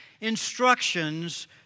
instructions